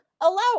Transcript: allow